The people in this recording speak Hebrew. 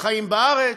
לחיים בארץ,